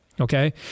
Okay